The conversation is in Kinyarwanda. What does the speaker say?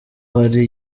hari